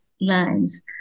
lines